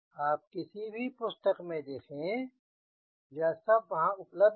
आप किसी भी पुस्तक में देखें यह सब वहाँ उपलब्ध है